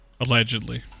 Allegedly